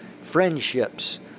friendships